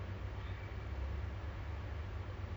weeks to months ah you have to wait right